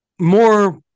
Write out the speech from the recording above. more